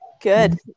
good